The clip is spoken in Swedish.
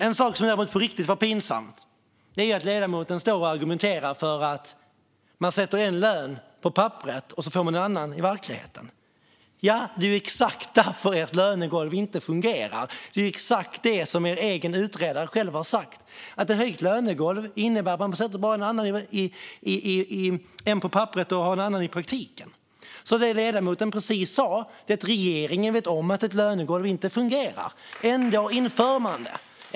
En sak som är riktigt pinsam är att ledamoten står och argumenterar för att man sätter en lön på papperet och en annan lön i verkligheten. Det är ju exakt därför ert lönegolv inte fungerar. Det är ju exakt detta som er egen utredare har sagt: Ett höjt lönegolv innebär bara att man sätter en lön på papperet men har en annan lön i praktiken. Det som ledamoten precis sa är att regeringen vet om att ett lönegolv inte fungerar, och ändå inför man det.